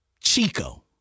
Chico